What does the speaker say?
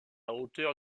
hauteur